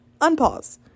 unpause